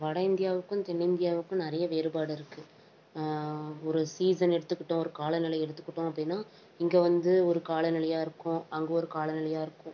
வட இந்தியாவுக்கும் தென்னிந்தியாவுக்கும் நிறைய வேறுபாடு இருக்குது ஒரு சீசன் எடுத்துக்கிட்டோம் ஒரு காலநிலை எடுத்துக்கிட்டோம் அப்படின்னா இங்கே வந்து ஒரு காலநிலையாக இருக்கும் அங்கே ஒரு காலநிலையாக இருக்கும்